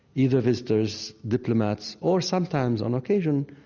either visitors, diplomats, or sometimes on occasion,